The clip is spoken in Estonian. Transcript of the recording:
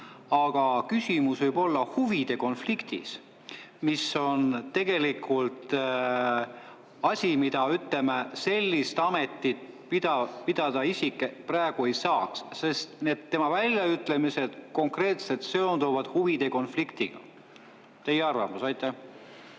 aga küsimus võib olla huvide konfliktis, mis on tegelikult asi, mida, ütleme, sellist ametit pidada isik praegu ei saaks. Sest tema väljaütlemised konkreetselt seonduvad huvide konfliktiga. Teie arvamus. Aitäh,